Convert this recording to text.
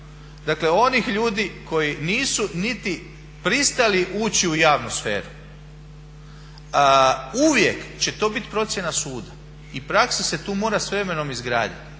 onih ljudi koji nisu niti pristali ući u javnu sferu. Uvijek će to biti procjena suda i praksa se tu mora s vremenom izgraditi